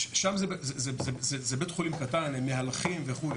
שם זה בית חולים קטן, הם מהלכים וכולי.